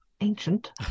ancient